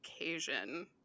occasion